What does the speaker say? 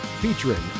featuring